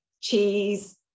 cheese